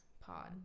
Pod